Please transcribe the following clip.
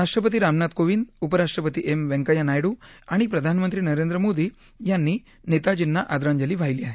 राष्ट्रपती रामनाथ कोविंद उपराष्ट्रपती एम व्यंकव्या नायडू आणि प्रधानमंत्री नरेंद्र मोदी यांनी नेताजींना आदरांजली वाहिली आहे